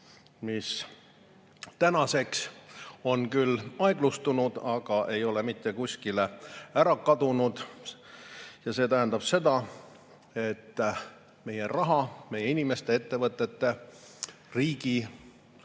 mis tänaseks on küll aeglustunud, aga ei ole mitte kuskile kadunud. See tähendab seda, et meie raha, meie inimeste, ettevõtete, riigi,